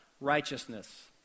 Righteousness